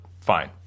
fine